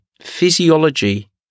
physiology